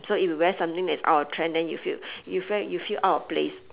so if you wear something that is out of trend then you feel you feel you feel out of place